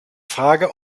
frage